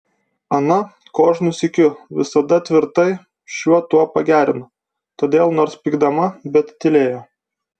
ana kožnu sykiu o visada tvirtai šiuo tuo pagerino todėl nors pykdama bet tylėjo